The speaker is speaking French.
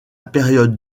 période